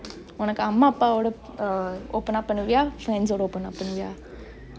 உனக்கு அம்மா அப்பாவொட:unaku amma appavode err open up பன்னுவியா:pannuviyaa friends ஓட:ode open up பன்னுவியா:pannuviyaa